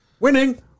Winning